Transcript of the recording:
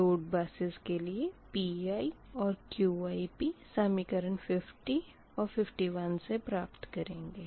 load buses के लिए Pi और Qi समीकरण 50 और 51 से प्राप्त करेंगे